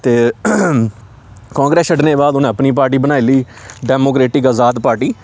ते कांग्रेस छड्डने दे बाद उ'नें अपनी पार्टी बनाई लेई डैमोक्रेटिक अजाद पार्टी